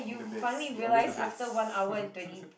you the best you always the best